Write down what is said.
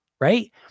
right